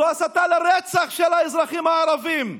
זאת הסתה לרצח של האזרחים הערבים.